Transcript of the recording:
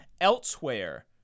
elsewhere